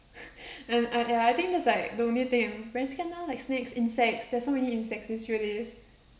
and and and I think that's like the only thing I'm very scared now like snakes insects there's so many insects these few days